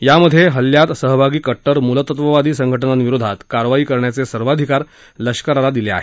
यामध्ये हल्ल्यात सहभागी कट्टर मूलतत्त्ववादी संघ जांविरोधात कारवाई करण्याचे सर्वाधिकार लष्कराला दिले आहेत